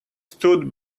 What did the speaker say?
stood